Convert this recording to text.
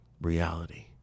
reality